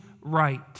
right